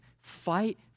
fight